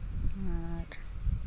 ᱟᱨ